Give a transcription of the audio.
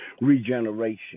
regeneration